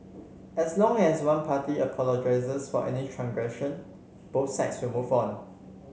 as long as one party apologises for any transgression both sides will move on